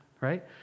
right